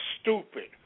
stupid